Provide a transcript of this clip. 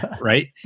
right